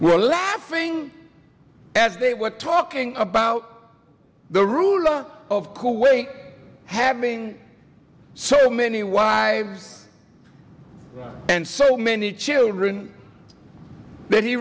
were laughing as they were talking about the ruler of kuwait having so many wives and so many children that he